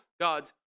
God's